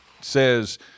says